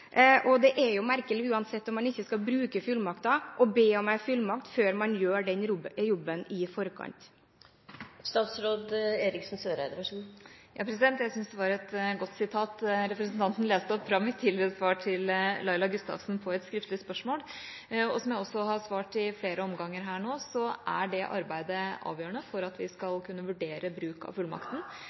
Og det er merkelig, uansett om man ikke skal bruke fullmakten, å be om en fullmakt før man gjør den jobben i forkant. Jeg syns det var et godt sitat representanten leste opp, fra mitt tidligere svar til Laila Gustavsen på et skriftlig spørsmål. Som jeg også har svart i flere omganger her nå, er det arbeidet avgjørende for at vi skal kunne vurdere bruk av fullmakten.